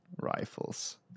rifles